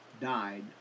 died